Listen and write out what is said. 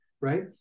right